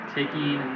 taking